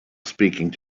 speaking